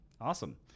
Awesome